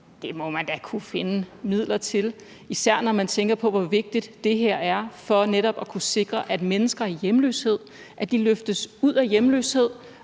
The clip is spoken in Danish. Det må man da kunne finde midler til, især når man tænker på, hvor vigtigt det her er for netop at kunne sikre, at mennesker i hjemløshed løftes ud af hjemløshed